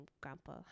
Grandpa